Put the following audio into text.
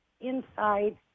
inside